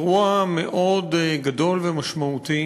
אירוע מאוד גדול ומשמעותי.